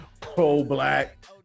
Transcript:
pro-black